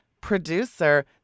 producer